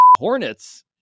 hornets